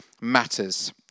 matters